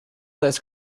this